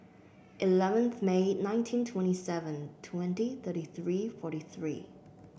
eleventh May nineteen twenty seven twenty thirty three forty three